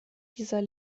dieser